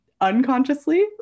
unconsciously